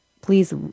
Please